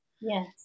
Yes